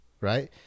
right